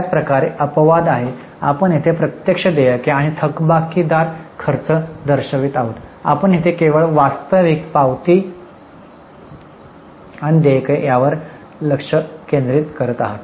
त्याप्रकारे अपवाद आहे आपण येथे प्रत्यक्ष देयके आणि थकबाकी दार खर्च दर्शवित आहोत येथे आपण केवळ वास्तविक पावती आणि देयके यावर लक्ष केंद्रित करत आहात